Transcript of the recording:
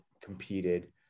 competed